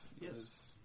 Yes